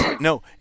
No